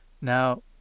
Now